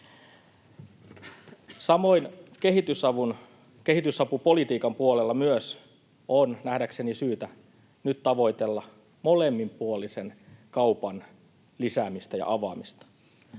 myös kehitysapupolitiikan puolella on nähdäkseni syytä nyt tavoitella molemminpuolisen kaupan lisäämistä ja avaamista.